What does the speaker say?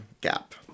gap